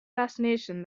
fascination